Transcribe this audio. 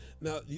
Now